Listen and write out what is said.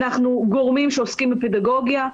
אנחנו גורמים שעוסקים בפדגוגיה,